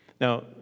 Now